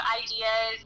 ideas